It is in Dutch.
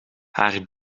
haar